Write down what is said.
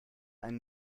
ein